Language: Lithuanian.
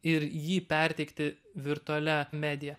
ir jį perteikti virtualia medija